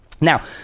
Now